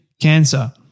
cancer